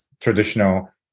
traditional